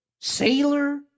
sailor